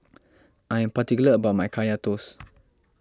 I am particular about my Kaya Toast